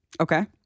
Okay